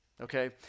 okay